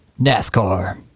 NASCAR